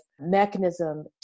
mechanism